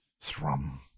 THRUM